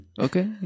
Okay